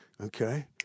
Okay